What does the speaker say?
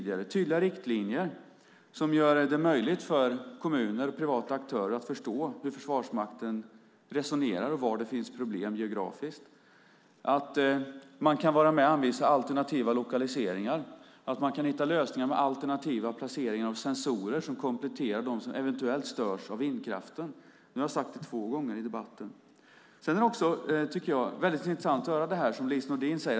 Det handlar om tydliga riktlinjer som gör det möjligt för kommuner och privata aktörer att förstå hur Försvarsmakten resonerar och var det finns problem geografiskt, att man kan vara med och anvisa alternativa lokaliseringar och att man kan hitta lösningar med alternativa placeringar av sensorer som kompletterar dem som eventuellt störs av vindkraften. Nu har jag sagt det två gånger i debatten. Sedan är det, tycker jag, intressant att höra det som Lise Nordin säger.